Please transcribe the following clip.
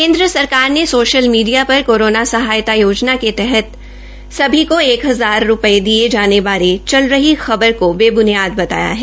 केन्द्र सरकार ने सोशल मीडिया पर कोरोना सहायता योजना के तहत सभी को एक हजार रूपए दिये जाने बारे चल रही खबर को बेब्नियाद बताया है